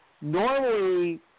Normally